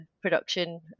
production